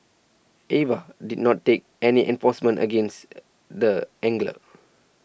Ava did not take any enforcement against the angler